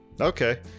Okay